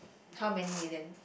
how many million